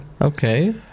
Okay